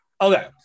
Okay